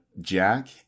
Jack